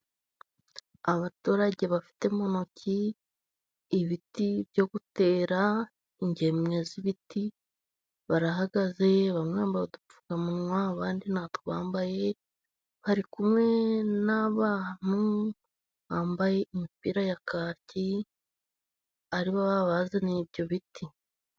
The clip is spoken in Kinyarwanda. Abaturage bafite mu ntoki ibiti byo gutera ingemwe z'ibiti barahagaze, bamwe bambaye udupfukamunwa, abandi ntatwo bambaye, bari kumwe n'abantu bambaye imipira ya kaki aribo babazaniye ibyo biti.